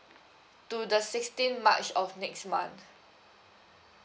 to the sixteenth march of next month